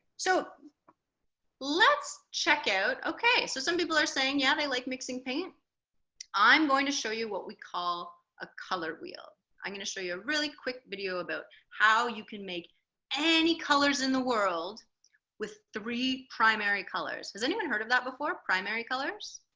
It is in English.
so let's check out okay so some people are saying yeah they like mixing paint i'm going to show you what we call a color wheel i'm gonna show you a really quick video about how you can make any colors in the world with three primary colors has anyone heard of that before primary colors